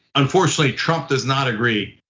unfortunately, trump does not agree.